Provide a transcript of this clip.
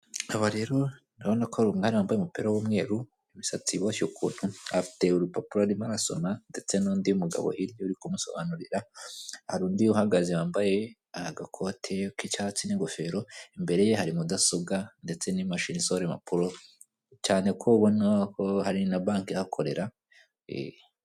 Aba rero urabona ko ari umwana wambaye umupira w'umweru, umusatsi ubushye ukuntu afite urupapuro arimo arasoma ndetse n'undi mugabo hirya urikumusobanurira, hari undi uhagaze wambaye agakoti y'icyatsi n'ingofero, imbere ye hari mudasobwa ndetse n'imashini isohora impapuro cyane ko ubana ko hari na bank ihakorera.